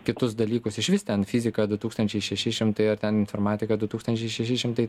kitus dalykus išvis ten fiziką du tūkstančiai šeši šimtai ar ten informatiką du tūkstančiai šeši šimtai